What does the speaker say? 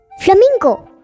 Flamingo